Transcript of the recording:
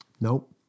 Nope